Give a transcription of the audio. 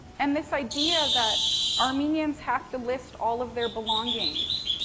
and this idea that armenians have to list all of their belongings.